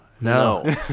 No